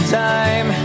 time